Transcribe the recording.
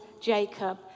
Jacob